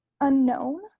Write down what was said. unknown